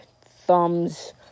thumbs